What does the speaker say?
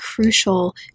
crucial